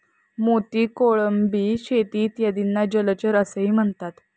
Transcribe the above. मोती, कोळंबी शेती इत्यादींना जलचर असेही म्हणतात